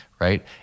right